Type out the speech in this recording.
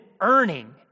earning